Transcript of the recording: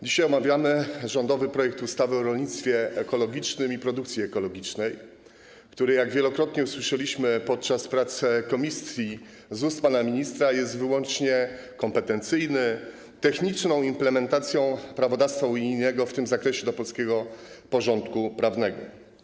Dzisiaj omawiamy rządowy projekt ustawy o rolnictwie ekologicznym i produkcji ekologicznej, który, jak wielokrotnie usłyszeliśmy podczas prac komisji z ust pana ministra, jest wyłącznie kompetencyjny, jest techniczną implementacją prawodawstwa unijnego w tym zakresie do polskiego porządku prawnego.